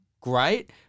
great